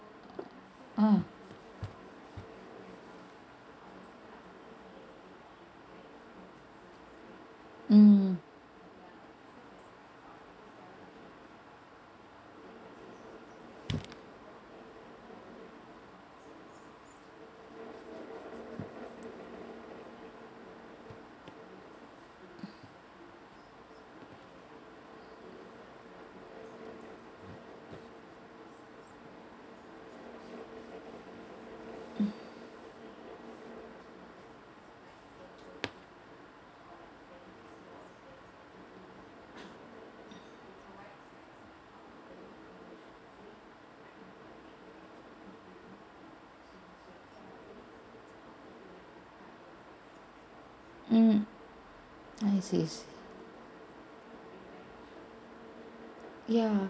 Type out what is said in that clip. ah mm mm I see ya